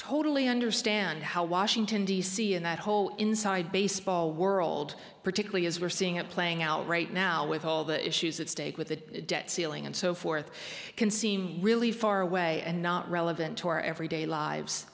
totally understand how washington d c and that whole inside baseball world particularly as we're seeing it playing out right now with all the issues at stake with the debt ceiling and so forth can seem really far away and not relevant to our everyday lives